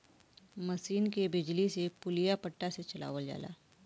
मसीन के बिजली से पुलिया पट्टा से चलावल जाला